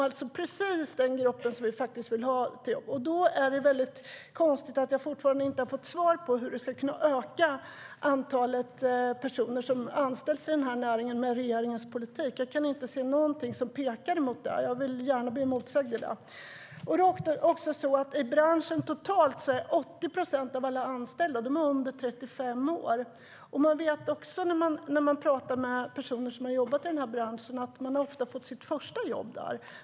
Det är precis den grupp som vi vill ska få jobb. Därför är det konstigt att jag fortfarande inte har fått svar på hur regeringens politik ska öka antalet personer som anställs i näringen. Jag kan inte se något som pekar åt det hållet, och jag vill gärna bli motsagd.I branschen totalt är 80 procent av alla anställda under 35 år. Personer som har jobbat i branschen säger att de ofta har fått sitt första jobb där.